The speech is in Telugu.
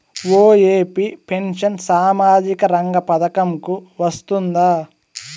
ఒ.ఎ.పి పెన్షన్ సామాజిక రంగ పథకం కు వస్తుందా?